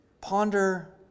Ponder